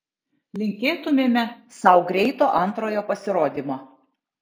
linkėtumėme sau greito antrojo pasirodymo